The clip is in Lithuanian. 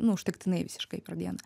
nu užtektinai visiškai per dieną